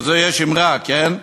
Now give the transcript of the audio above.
יש כזו אמרה, כן,